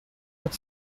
but